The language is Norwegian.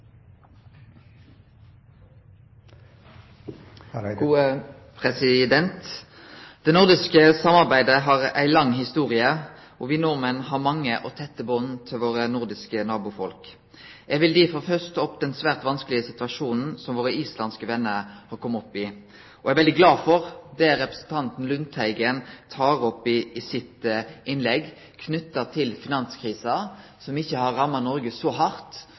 Det nordiske samarbeidet har ei lang historie, og me nordmenn har mange og tette band til våre nordiske nabofolk. Eg vil derfor først ta opp den svært vanskelege situasjonen som våre islandske vener har kome opp i. Eg er veldig glad for det representanten Lundteigen tek opp i sitt innlegg knytt til finanskrisa, som ikkje har ramma Noreg så